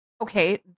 okay